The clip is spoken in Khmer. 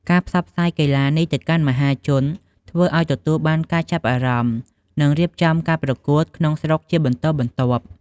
ការផ្សព្វផ្សាយកីឡានេះទៅកាន់មហាជន ធ្វើឲ្យទទួលបានការចាប់អារម្មណ៍ និងរៀបចំការប្រកួតក្នុងស្រុកជាបន្តបន្ទាប់។